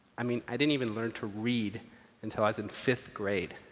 i mean, i didn't even learn to read until i was in fifth grade.